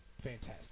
Fantastic